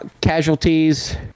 casualties